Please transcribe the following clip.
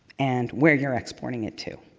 and where you're exporting it to.